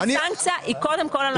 הסנקציה היא קודם כול על הממשלה.